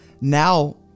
now